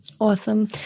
Awesome